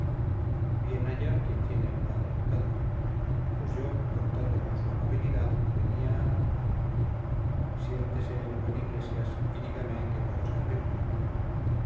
bien haya quien tiene el padre alcalde pues yo contando con su amabilidad venía siéntese el buen iglesias y dígame en qué puedo servirle